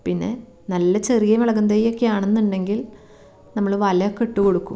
പിന്നെ നല്ല ചെറിയ മുളകിൻ തൈയൊക്കെ ആണെന്നുണ്ടെങ്കിൽ നമ്മൾ വലയൊക്കെ ഇട്ടു കൊടുക്കും